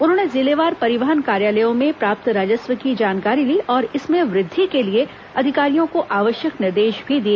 उन्होंने जिलेवार परिवहन कार्यालयों में प्राप्त राजस्व की जानकारी ली और इसमें वृद्धि के लिए अधिकारियों को आवश्यक निर्देश भी दिए